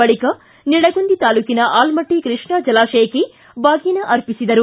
ಬಳಿಕ ನಿಡಗುಂದಿ ತಾಲೂಕಿನ ಆಲಮಟ್ಟ ಕೃಷ್ಣಾ ಜಲಾಶಯಕ್ಕೆ ಬಾಗಿನ ಅರ್ಪಿಸಿದರು